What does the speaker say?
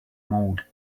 mode